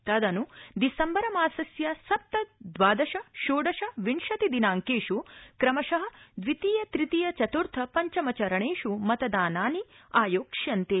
तदन् दिसम्बरमासस्य सप्त द्वादश षोडश विंशति दिनांकेषु क्रमश द्वितीय तृतीय चतुर्थ पञ्चमचरणेषु मतदानानि आयोक्ष्यन्ते